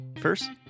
first